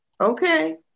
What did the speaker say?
Okay